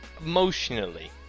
emotionally